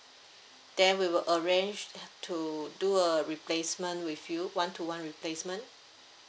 then we will arrange to do a replacement with you one to one replacement